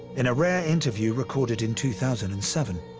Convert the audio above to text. in a rare interview recorded in two thousand and seven,